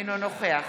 אינו נוכח